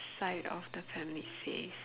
side of the family says